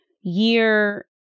year